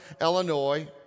Illinois